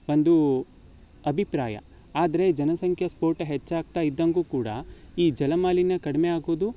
ಒಂದು ಅಭಿಪ್ರಾಯ ಆದರೆ ಜನಸಂಖ್ಯಾ ಸ್ಫೋಟ ಹೆಚ್ಚಾಗ್ತಾ ಇದ್ದಂಗೂ ಕೂಡ ಈ ಜಲಮಾಲಿನ್ಯ ಕಡಿಮೆ ಆಗೋದು